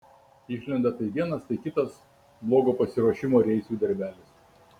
išlenda tai vienas tai kitas blogo pasiruošimo reisui darbelis